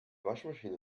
waschmaschine